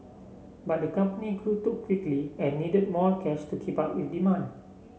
but the company grew too quickly and needed more cash to keep up with demand